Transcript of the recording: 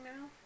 now